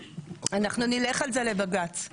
אנחנו נלך על זה לבג"צ.